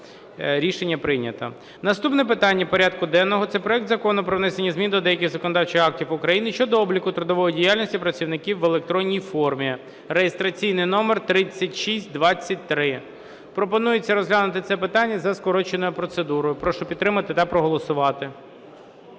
Рішення прийнято. Наступне питання порядку денного – це проект Закону про внесення змін до деяких законодавчих актів України щодо обліку трудової діяльності працівників в електронній формі (реєстраційний номер 3623). Пропонується розглянути це питання за скороченою процедурою. Прошу підтримати та проголосувати.